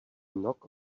knock